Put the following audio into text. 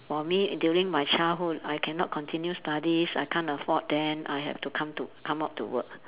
for me during my childhood I cannot continue studies I can't afford then I had to come to come out to work